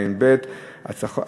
התשע"ב 2012,